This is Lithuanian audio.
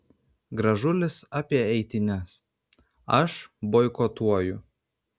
gražulis apie eitynes aš boikotuoju